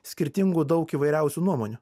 skirtingų daug įvairiausių nuomonių